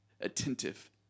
attentive